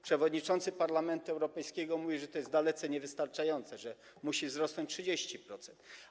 Przewodniczący Parlamentu Europejskiego mówi, że to jest dalece niewystarczające, że musi wzrosnąć o 30%.